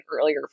earlier